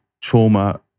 trauma